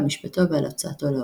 על משפטו ועל הוצאתו להורג.